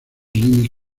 jimmy